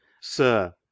sir